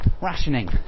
rationing